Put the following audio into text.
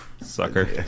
sucker